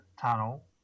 tunnel